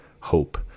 hope